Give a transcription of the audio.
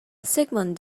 sigmund